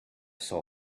saw